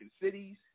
cities